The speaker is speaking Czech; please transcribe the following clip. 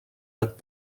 let